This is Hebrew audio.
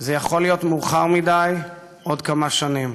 זה יכול להיות מאוחר מדי עוד כמה שנים.